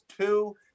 two